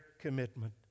commitment